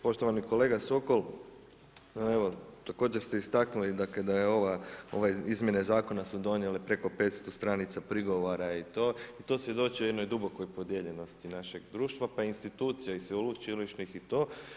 Poštovani kolega Sokol, evo također ste istaknuli, da kada je ovaj, ove izmjene zakone su donijele preko 500 stranica prigovora i to, to svjedoči o jednoj dubokoj podijeljenosti našeg društva pa i institucija i sveučilišnih i to.